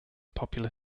popular